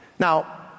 Now